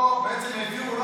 פה בעצם העבירו,